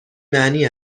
معنی